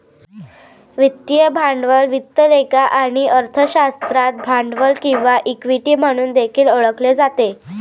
वित्तीय भांडवल वित्त लेखा आणि अर्थशास्त्रात भांडवल किंवा इक्विटी म्हणून देखील ओळखले जाते